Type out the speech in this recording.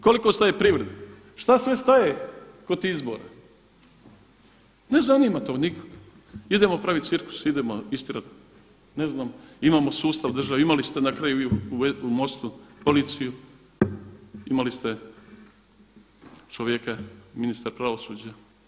Koliko staje privreda, šta sve staje kod tih izbora? ne zanima to nikoga, idemo pravit cirkus, idemo istjerat ne znam, imamo sustav, imali ste na kraju u MOST-u policiju, imali ste čovjeka ministra pravosuđa.